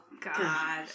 God